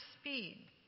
speed